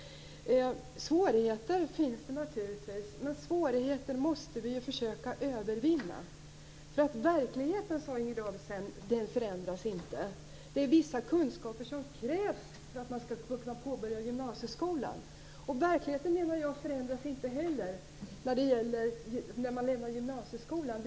Svårigheter finns naturligtvis, men dem måste vi försöka övervinna. Verkligheten förändras inte, sade Inger Davidson, utan vissa kunskaper krävs för att man skall kunna påbörja gymnasieskolan. Jag menar att verkligheten inte heller förändras när man lämnar gymnasieskolan.